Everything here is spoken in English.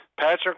Patrick